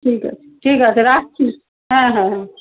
ঠিক আছে ঠিক আছে রাখছি হ্যাঁ হ্যাঁ হ্যাঁ